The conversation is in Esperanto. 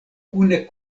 kune